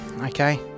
okay